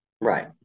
Right